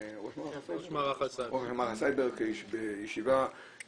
ראש מערך הסייבר בישיבה